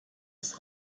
ist